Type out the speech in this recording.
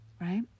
right